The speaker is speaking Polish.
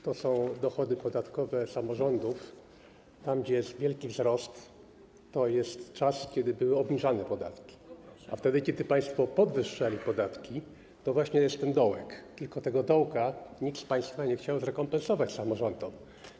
To są dochody podatkowe samorządów, tam, gdzie jest wielki wzrost, to jest czas, kiedy były obniżane podatki, a wtedy, kiedy państwo podwyższali podatki, to właśnie jest ten dołek, tylko tego dołka nikt z państwa nie chciał zrekompensować samorządom.